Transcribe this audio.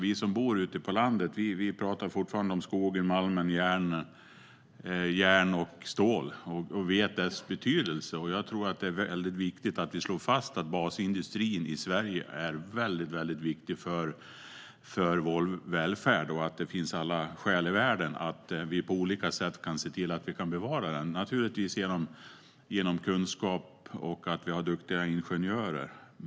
Vi som bor ute på landet talar fortfarande om skogen, malmen, järnet och stålet. Vi känner till dess betydelse. Jag tror att det är viktigt att vi slår fast att basindustrin i Sverige är betydelsefull för vår välfärd. Det finns alla skäl i världen att på olika sätt se till att vi kan bevara den genom kunskap och genom att vi har duktiga ingenjörer.